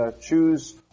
choose